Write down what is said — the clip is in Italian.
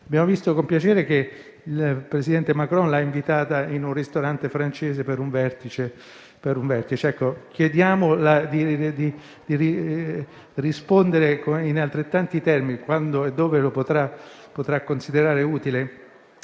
Abbiamo visto con piacere che il presidente Macron l'ha invitata in un ristorante francese per un vertice. Noi le chiediamo di rispondere in altrettanti termini, quando e dove lo potrà considerare utile,